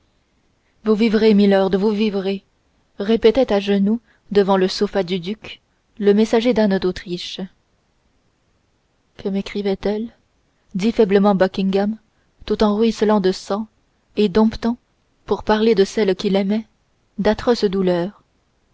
vous vivrez milord vous vivrez répétait à genoux devant le sofa du duc le messager d'anne d'autriche que mécrivait elle dit faiblement buckingham tout ruisselant de sang et domptant pour parler de celle qu'il aimait d'atroces